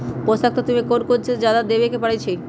पोषक तत्व क कौन कौन खेती म जादा देवे क परईछी?